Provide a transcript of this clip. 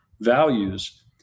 values